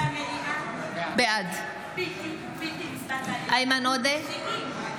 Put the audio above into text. בעד איימן עודה,